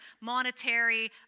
monetary